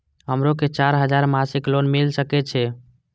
हमरो के चार हजार मासिक लोन मिल सके छे?